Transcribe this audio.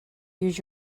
use